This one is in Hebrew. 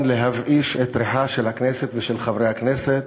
להבאיש את ריחם של הכנסת ושל חברי הכנסת,